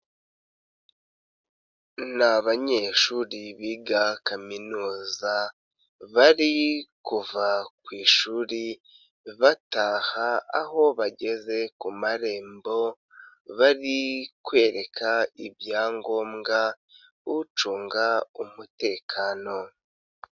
Ni abanyeshuri biga kaminuza bari kuva ku ishuri bataha, aho bageze ku marembo, bari kwereka ibyangombwa ucunga umutekano.